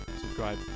subscribe